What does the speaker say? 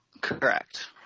Correct